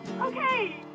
Okay